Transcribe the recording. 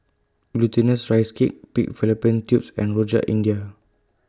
Glutinous Rice Cake Pig Fallopian Tubes and Rojak India